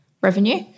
revenue